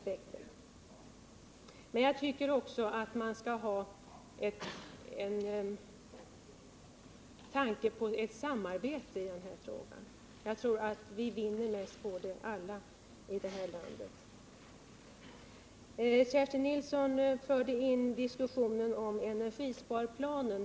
Men man bör inrikta sig på att åstadkomma ett samarbete här — alla i det här landet skulle vinna på det. Kerstin Nilsson förde in diskussionen på frågan om energisparplanen.